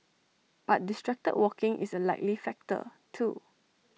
but distracted walking is A likely factor too